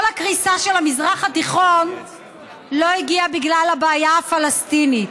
כל הקריסה של המזרח התיכון לא הגיעה בגלל הבעיה הפלסטינית.